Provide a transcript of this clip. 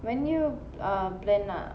when you uh plan nak